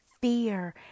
fear